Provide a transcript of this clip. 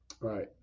Right